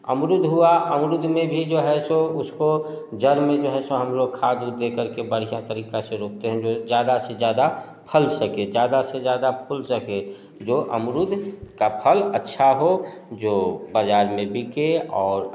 अमरूद हुआ अमरूद में भी जो है सो उसको जड़ में जो है सो खाद उद देकर के बढ़िया तरीका से रोपते हैं जो ज़्यादा से ज़्यादा फल सके ज़्यादा से ज़्यादा फूल सके जो अमरूद का फल अच्छा हो जो बाज़ार में बिके और